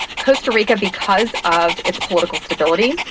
costa rica because of its political stability,